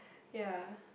ya